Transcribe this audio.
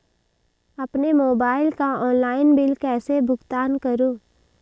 अपने मोबाइल का online bill कैसे भुगतान करूं?